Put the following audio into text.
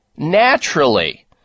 naturally